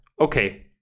okay